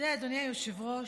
אדוני היושב-ראש,